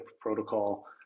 protocol